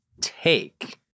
take